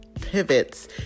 pivots